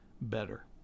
better